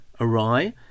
awry